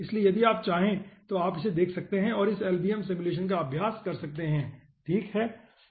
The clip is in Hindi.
इसलिए यदि आप चाहें तो आप इसे देख सकते हैं और इस LBM सिमुलेशन का अभ्यास कर सकते हैं ठीक है